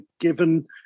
given